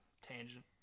Tangent